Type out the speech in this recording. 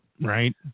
Right